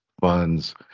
funds